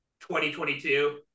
2022